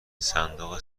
صندوق